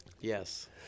Yes